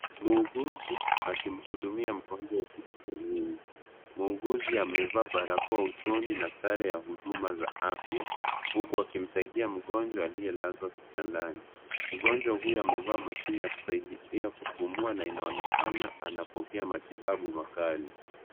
Muuguzi akimhudumia mgonjwa hospitalini, muuguzi amevaa barakoa usoni na sare ya huduma za afya huku akimsaidia mgonjwa aliyelazwa kitandani, mgonjwa huyu amevaa mashini ya kupumua na inaonekana anapokea matibabu makali.